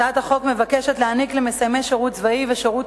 הצעת החוק מבקשת להעניק למסיימי שירות צבאי ושירות